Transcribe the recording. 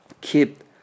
keep